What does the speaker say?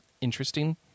interesting